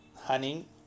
honey